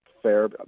Fair